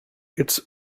its